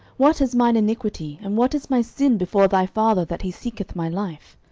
what is mine iniquity? and what is my sin before thy father, that he seeketh my life?